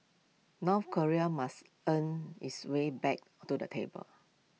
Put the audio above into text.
North Korea must earn its way back to the table